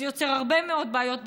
זה יוצר הרבה מאוד בעיות בצבא,